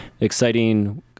exciting